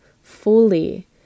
fully